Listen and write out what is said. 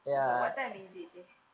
you got what time is it seh